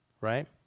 right